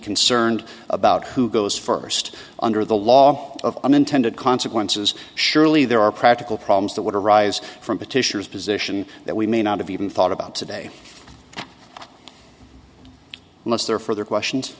concerned about who goes first under the law of unintended consequences surely there are practical problems that would arise from petitioners position that we may not have even thought about today unless there further questions